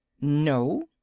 No